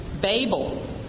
Babel